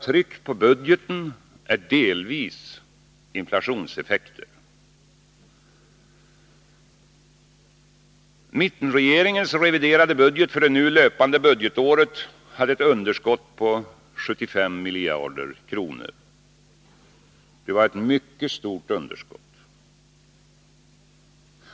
Trycket på budgeten beror delvis på inflationseffekter. Mittenregeringens reviderade budget för det nu löpande budgetåret hade ett underskott på 75 miljarder kronor. Det var ett mycket stort underskott.